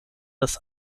das